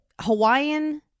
Hawaiian